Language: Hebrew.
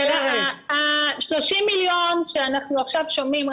ה-30 מיליון שאנחנו עכשיו שומעים,